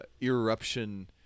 eruption